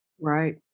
Right